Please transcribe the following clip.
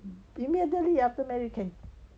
immediately after married can